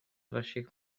vašich